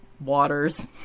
waters